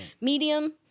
medium